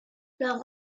leur